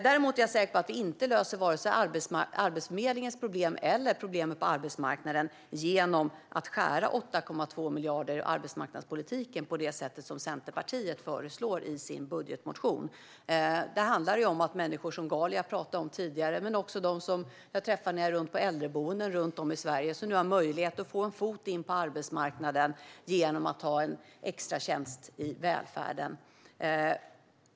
Däremot är jag säker på att man inte löser vare sig Arbetsförmedlingens problem eller problemen på arbetsmarknaden genom att skära 8,2 miljarder i arbetsmarknadspolitiken på det sätt som Centerpartiet föreslår i sin budgetmotion. Det handlar om människor som Ghalia, som jag pratade om tidigare, men också om dem jag träffar när jag är runt på äldreboenden runt om i Sverige och som nu har möjlighet att få in en fot på arbetsmarknaden genom en extratjänst i välfärden.